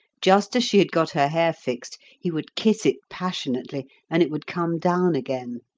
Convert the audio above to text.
just as she had got her hair fixed he would kiss it passionately and it would come down again.